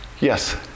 Yes